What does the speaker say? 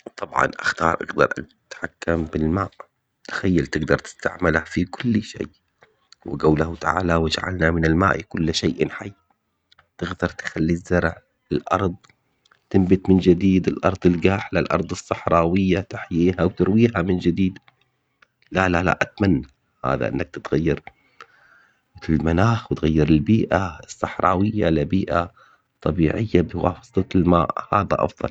طبعا اختار اقدر اتحكم بالماء. تخيل تقدر تستعمله في كل شيء. وقوله تعالى واجعلنا من الماء كل شيء حي. تقدر تخلي الزرع الارض تنبت من جديد الارض تلقاح للارض الصحراوية تحييها وترويها من جديد. لا لا لا اتمنى انك تتغير في المناخ وتغير البيئة الصحراوية لبيئة طبيعية بواسطة الماء هذا افضل